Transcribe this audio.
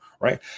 right